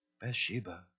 Bathsheba